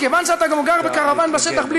כיוון שאתה גם גר בקרוון בשטח בלי